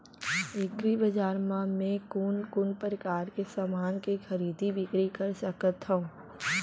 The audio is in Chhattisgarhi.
एग्रीबजार मा मैं कोन कोन परकार के समान के खरीदी बिक्री कर सकत हव?